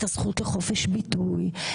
את הזכות לחופש ביטוי,